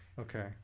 Okay